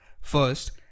First